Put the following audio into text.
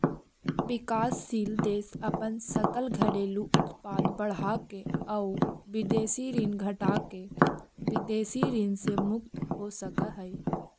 विकासशील देश अपन सकल घरेलू उत्पाद बढ़ाके आउ विदेशी ऋण घटाके विदेशी ऋण से मुक्त हो सकऽ हइ